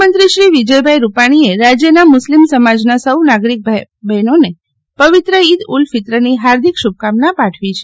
મુખ્યમંત્રી શ્રી વિજયભાઈ રૂપાણીએ રાજ્યના મુસ્લિમ સમાજના સૌ નાગરીક ભાઈ બહેનોને પવિત્ર ઈદ ઉલ ફિત્રની હાર્દિક શુભકામના પાઠવી છે